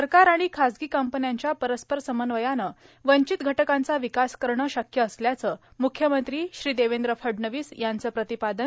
सरकार आणि खासगी कंपव्यांच्या परस्पर समन्वयानं वंचित घटकांचा विकास करणं शक्य असल्याचं मुख्यमंत्री श्री देवेंद्र फडणवीस यांचं प्रतिपादन